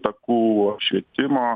takų apšvietimo